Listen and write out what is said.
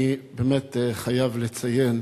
אני באמת חייב לציין